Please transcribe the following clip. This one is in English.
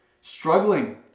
struggling